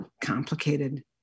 complicated